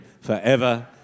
forever